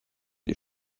die